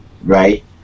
right